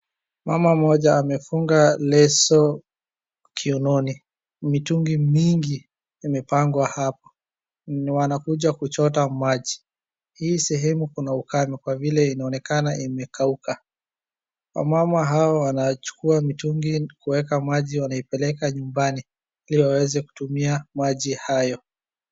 Mama mmoja amefunga leso kiunoni. Mitungi mingi imepangwa hapa na wanakuja kuchota maji. Hii sehemu kuna ukame kwa vile inaonekana imekauka. Wamama hawa wanachukua mitungi kuieka maji wanaipeleka nyumbani ili waweze kutumia maji hayo.